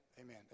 amen